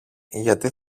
γιατί